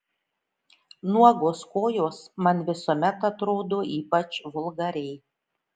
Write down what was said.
nuogos kojos man visuomet atrodo ypač vulgariai